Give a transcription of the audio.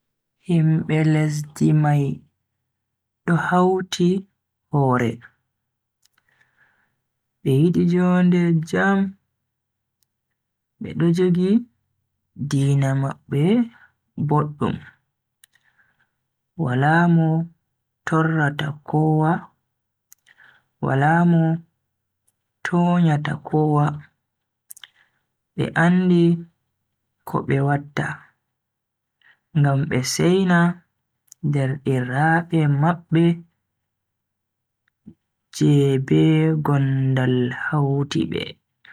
Himbe lesdi mai do hauti hore, be yidi jonde jam, bedo jogi diina mabbe boddum. Wala mo torrata kowa, wala mo tonyanta kowa, be andi ko be watta ngam be seina derdiraabe mabbe je be gondal hauti be.